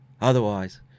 otherwise